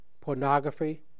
pornography